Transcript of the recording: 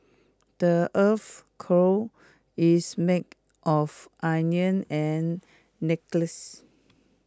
the Earth's core is made of iron and necklace